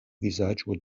vizaĝo